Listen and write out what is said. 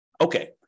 Okay